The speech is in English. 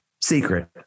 secret